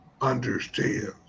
understands